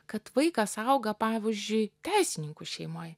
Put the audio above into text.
kad vaikas auga pavyzdžiui teisininkų šeimoj